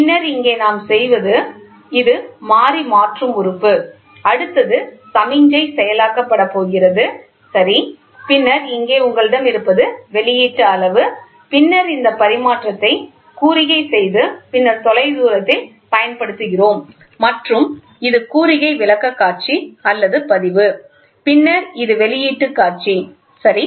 பின்னர் இங்கே நாம் செய்வது இது ஒரு மாறி மாற்றும் உறுப்பு அடுத்தது சமிக்ஞை செயலாக்கப்படப் போகிறது சரி பின்னர் இங்கே உங்களிடம் இருப்பது வெளியீட்டு அளவீடு பின்னர் இந்த பரிமாற்றத்தை குறிகை செய்து பின்னர் தொலைதூரத்தில் பயன்படுத்துகிறோம் மற்றும் இது குறிகை விளக்கக்காட்சி அல்லது பதிவு பின்னர் இது வெளியீட்டு காட்சி சரி